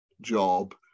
job